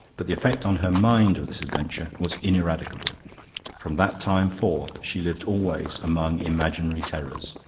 but the effect on her mind of this adventure was ineradicable from that time forth she lived always among imaginary terrors.